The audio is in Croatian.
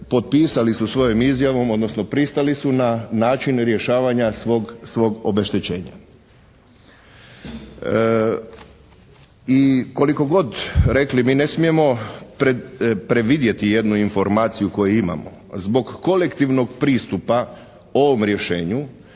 potpisali su svojom izjavom, odnosno pristali su na načine rješavanja svog obeštećenja. I koliko god rekli mi ne smijemo predvidjeti jednu informaciju koju imamo. Zbog kolektivnog pristupa ovom rješenju